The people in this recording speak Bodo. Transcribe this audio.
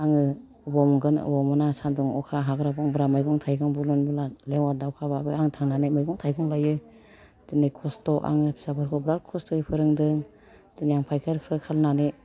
आङो अबाव मोनगोन अबाव मोना सान्दुं अखा हाग्रा बंग्रा मैगं थाइगं बुरलुन बुरला लेवार दाउखाबाबो आं थांनानै मैगं थाइगं लायो दिनै खस्थ' आङो फिसाफोरखौ बिराद खस्थ'यै फोरोंदो दिनै आं फायखारिफोर खालामनानै